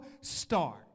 start